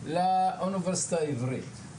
לאוניברסיטה העברית,